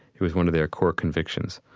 it was one of their core convictions.